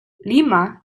lima